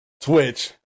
Twitch